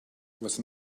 with